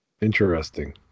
Interesting